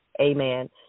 Amen